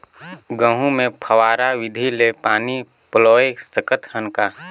गहूं मे फव्वारा विधि ले पानी पलोय सकत हन का?